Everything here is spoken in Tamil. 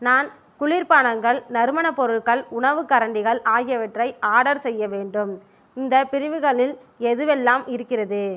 நான் குளிர்பானங்கள் நறுமணப் பொருட்கள் உணவுக் கரண்டிகள் ஆகியவற்றை ஆர்டர் செய்ய வேண்டும் இந்தப் பிரிவுகளில் எதுவெல்லாம் இருக்கிறது